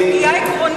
זו סוגיה עקרונית.